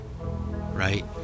right